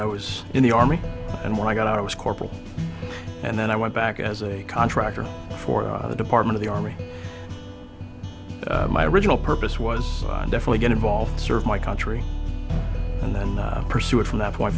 i was in the army and when i got out i was corporal and then i went back as a contractor for the department of the army my original purpose was definitely get involved serve my country and then pursue it from that point